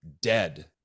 dead